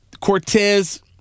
Cortez